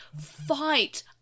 fight